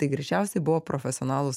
tai greičiausiai buvo profesionalūs